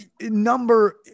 number